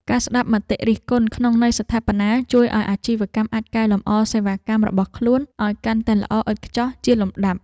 ការស្ដាប់មតិរិះគន់ក្នុងន័យស្ថាបនាជួយឱ្យអាជីវកម្មអាចកែលម្អសេវាកម្មរបស់ខ្លួនឱ្យកាន់តែល្អឥតខ្ចោះជាលំដាប់។